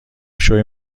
شوی